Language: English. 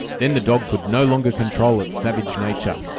then the dog could no longer control its savage nature.